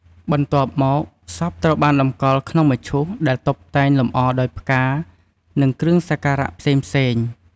បន្ទប់មកសពត្រូវបានតម្កល់ក្នុងមឈូសដែលតុបតែងលម្អដោយផ្កា និងគ្រឿងសក្ការៈផ្សេងៗ។